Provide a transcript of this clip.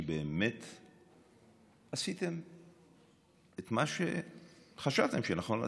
כי באמת עשיתם את מה שחשבתם שנכון לעשות.